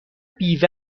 بیوه